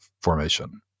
formation